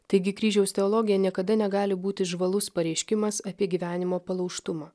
taigi kryžiaus teologija niekada negali būti žvalus pareiškimas apie gyvenimo palaužtumą